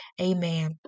Amen